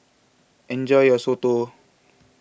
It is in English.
enjoy your Soto